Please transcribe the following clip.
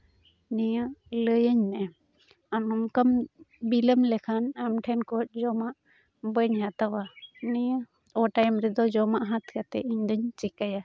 ᱱᱤᱭᱟᱹ ᱞᱟᱹᱭᱟᱹᱧ ᱢᱮ ᱟᱨ ᱱᱚᱝᱠᱟᱢ ᱵᱤᱞᱚᱢ ᱞᱮᱠᱷᱟᱱ ᱟᱢ ᱴᱷᱮᱱ ᱠᱷᱚᱱ ᱡᱚᱢᱟᱜ ᱵᱟᱹᱧ ᱦᱟᱛᱟᱣᱟ ᱱᱤᱭᱟᱹ ᱚᱴᱟᱭᱤᱢ ᱨᱮᱫᱚ ᱡᱚᱢᱟᱜ ᱦᱟᱛᱟᱣ ᱠᱟᱛᱮᱫ ᱤᱧ ᱫᱩᱧ ᱪᱤᱠᱟᱹᱭᱟ